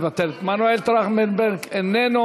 מוותרת.